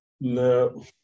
No